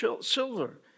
silver